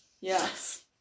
yes